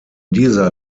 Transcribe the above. dieser